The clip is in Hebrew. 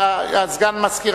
אגבאריה, אינו נוכח